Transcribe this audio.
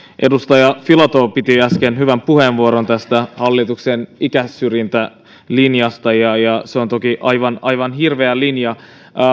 edustaja filatov piti äsken hyvän puheenvuoron tästä hallituksen ikäsyrjintälinjasta ja ja se on toki aivan aivan hirveä linja